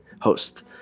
host